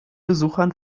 besuchern